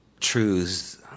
truths